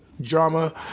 drama